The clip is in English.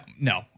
no